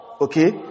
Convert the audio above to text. okay